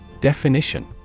Definition